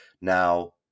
Now